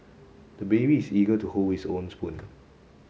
the baby is eager to hold his own spoon